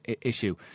issue